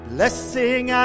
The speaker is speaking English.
Blessing